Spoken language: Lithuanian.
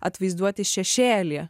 atvaizduoti šešėlį